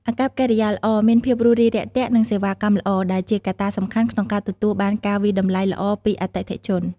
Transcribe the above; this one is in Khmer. អាកប្បកិរិយាល្អ មានភាពរួសរាយរាក់ទាក់ និងសេវាកម្មល្អ ដែលជាកត្តាសំខាន់ក្នុងការទទួលបានការវាយតម្លៃល្អពីអតិថិជន។